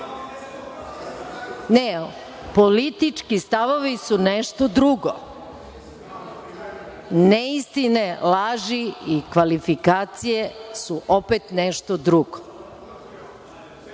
Politički stavovi su nešto drugo. Neistine, laži i kvalifikacije su opet nešto drugo